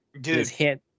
Dude